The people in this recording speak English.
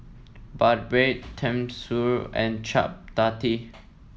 Bibimbap Tenmusu and Chapati